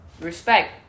respect